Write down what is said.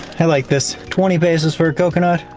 i like this. twenty pesos for a coconut,